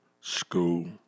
school